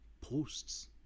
posts